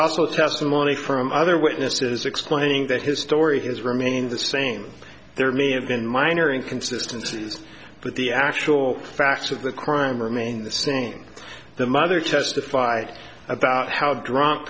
also testimony from other witnesses explaining that his story has remained the same there may have been minor inconsistences but the actual facts of the crime remain the same the mother testified about how drunk